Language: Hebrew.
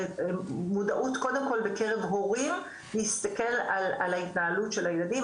מודעות קודם כל בקרב הורים להסתכל על ההתנהלות של הילדים,